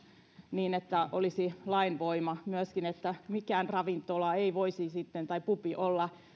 niin että olisi lainvoima myöskin että mikään ravintola ei voisi sitten olla